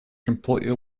completely